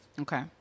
Okay